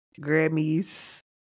Grammys